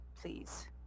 please